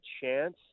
chance